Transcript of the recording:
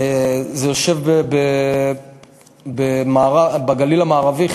זה יושב בגליל המערבי.